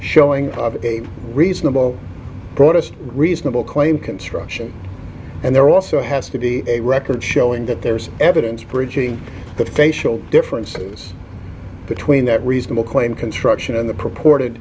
showing a reasonable broadest reasonable claim construction and there also has to be a record showing that there's evidence bridging the facial differences between that reasonable claim construction and the purported